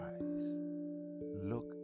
look